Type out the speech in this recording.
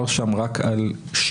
כן.